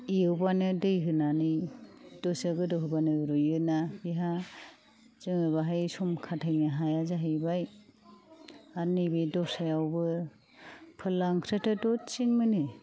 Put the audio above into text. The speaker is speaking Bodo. एवबानो दै होनानै दसे गोदौहोबानो रुइयोना बेहा जोङो बाहाय सम खाथायनो हाया जाहैबाय आरो नैबै दरस्रायावबो फोरला ओंख्रिआथ' दसेनो मोनो